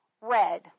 red